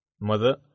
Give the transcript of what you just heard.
Mother